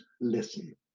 listen